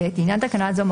לעניין תקנה זו,